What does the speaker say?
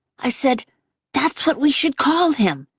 i said that's what we should call him!